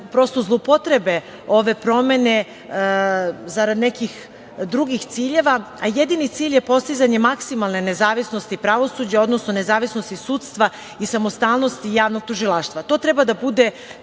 da zloupotrebe ove promene zarad nekih drugih ciljeva, jedini cilj je postizanje maksimalne nezavisnosti pravosuđa, odnosno nezavisnosti sudstva i samostalnosti javnog tužilaštva. To treba da bude